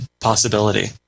possibility